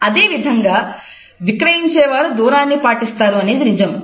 అదేవిధంగా విక్రయించేవారు దూరాన్ని పాటిస్తారు అనేది నిజం